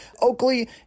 Oakley